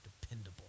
dependable